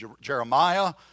Jeremiah